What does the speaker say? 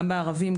גם בערבים,